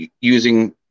using –